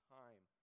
time